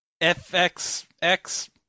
FXX